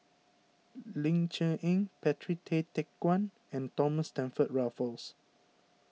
Ling Cher Eng Patrick Tay Teck Guan and Thomas Stamford Raffles